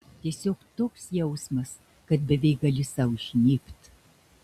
tiesiog toks jausmas kad beveik gali sau žnybt